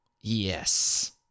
yes